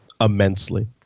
immensely